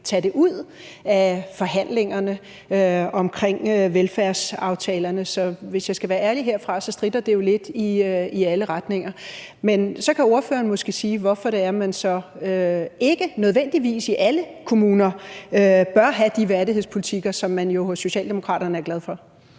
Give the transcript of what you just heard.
tage det ud af forhandlingerne om velfærdsaftalerne. Hvis jeg skal være ærlig herfra, stritter det jo lidt i alle retninger. Så kan ordføreren måske sige, hvorfor det er, at man så ikke nødvendigvis i alle kommuner bør have de værdighedspolitikker, som man jo hos Socialdemokraterne er glade for.